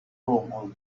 all